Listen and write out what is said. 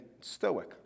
stoic